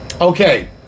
Okay